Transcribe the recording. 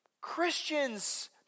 Christians